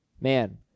man